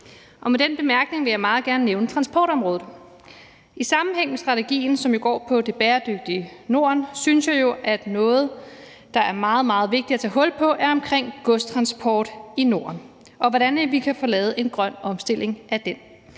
Med den bemærkning vil jeg meget gerne nævne transportområdet. I sammenhæng med strategien, som jo går på det bæredygtige Norden, synes jeg, at noget, der er meget, meget vigtigt at tage hul på, er godstransport i Norden, og hvordan vi kan få lavet en grøn omstilling af den.